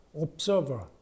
observer